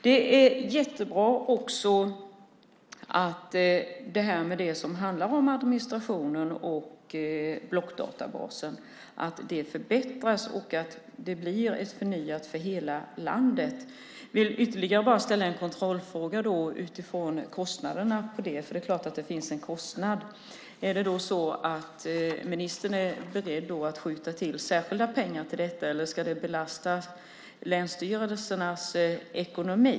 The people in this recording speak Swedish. Det är också jättebra att administrationen och blockdatabasen förbättras och att det blir förnyat för hela landet. Jag vill bara ställa en kontrollfråga angående kostnaderna för det eftersom det är klart att det finns en kostnad. Är ministern beredd att skjuta till ytterligare pengar för detta eller ska det belasta länsstyrelsernas ekonomi?